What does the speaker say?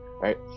Right